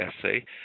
essay